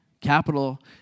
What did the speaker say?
Capital